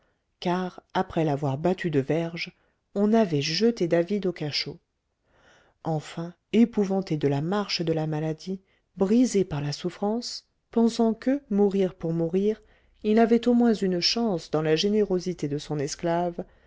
car après l'avoir battu de verges on avait jeté david au cachot enfin épouvanté de la marche de la maladie brisé par la souffrance pensant que mourir pour mourir il avait au moins une chance dans la générosité de son esclave